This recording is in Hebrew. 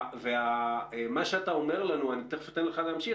מה שאתה אומר לנו תכף אני אתן לך להמשיך